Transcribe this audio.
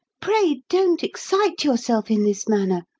pray don't excite yourself in this manner.